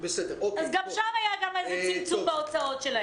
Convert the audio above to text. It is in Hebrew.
אז גם שם היה איזה צמצום בהוצאות שלהם.